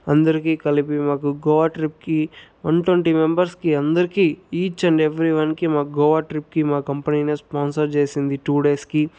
అందరికీ కలిపి మాకు గోవా ట్రిప్కి వన్ ట్వంటీ మెంబెర్స్కి అందరికీ ఈచ్ అండ్ ఎవరీవన్కి మా గోవా ట్రిప్కి మా కంపెనీనే స్పాన్సర్ చేసింది టు డేస్కి